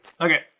Okay